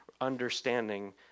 understanding